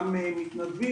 גם מתנדבים.